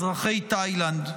אזרחי תאילנד.